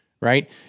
right